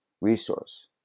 resource